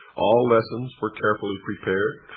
all lessons were carefully prepared,